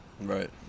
Right